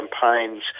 campaigns